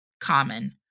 Common